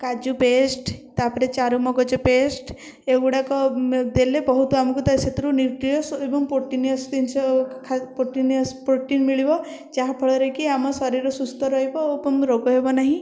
କାଜୁ ପେଷ୍ଟ ତା'ପରେ ଚାରୁ ମଗଜ ପେଷ୍ଟ ଏଗୁଡ଼ାକ ଦେଲେ ବହୁତ ଆମକୁ ତା ସେଥିରୁ ନ୍ୟୁଟ୍ରିଅସ ଏବଂ ପ୍ରୋଟିନିଅସ ଜିନଷ ଖାଦ୍ୟ ପ୍ରୋଟିନିଅସ ପ୍ରୋଟିନ ମିଳିବ ଯାହା ଫଳରେ କି ଆମ ଶରୀର ସୁସ୍ଥ ରହିବ ଏବଂ ରୋଗ ହେବନାହିଁ